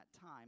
time